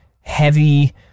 heavy